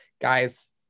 guys